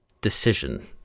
decision